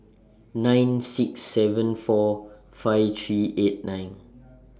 nine six seven four five three eight nine